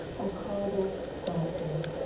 i called it poetry,